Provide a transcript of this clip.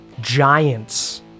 giants